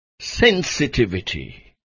sensitivity